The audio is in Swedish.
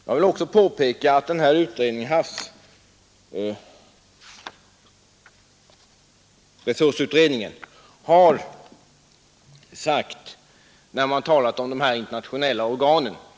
Jag vill också påpeka vad havsresursutredningen har uttalat om de internationella organen.